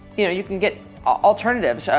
you know, you can get alternatives.